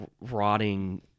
rotting